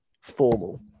formal